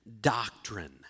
doctrine